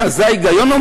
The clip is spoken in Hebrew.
זה מה שאומר ההיגיון?